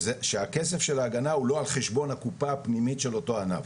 שהכסף של ההגנה הוא לא על חשבון הקופה הפנימית של אותו ענף.